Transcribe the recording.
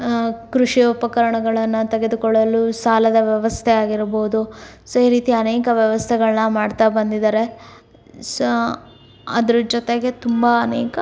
ಕೃಷಿ ಉಪಕರಣಗಳನ್ನು ತೆಗೆದುಕೊಳ್ಳಲು ಸಾಲದ ವ್ಯವಸ್ಥೆ ಆಗಿರಬೋದು ಸೊ ಈ ರೀತಿ ಅನೇಕ ವ್ಯವಸ್ಥೆಗಳನ್ನ ಮಾಡ್ತಾ ಬಂದಿದ್ದಾರೆ ಸೋ ಅದರ ಜೊತೆಗೆ ತುಂಬ ಅನೇಕ